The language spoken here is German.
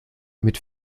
mit